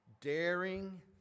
daring